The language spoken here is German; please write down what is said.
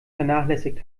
vernachlässigt